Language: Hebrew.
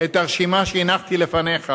את הרשימה שהנחתי לפניך,